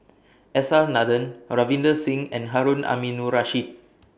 S R Nathan Ravinder Singh and Harun Aminurrashid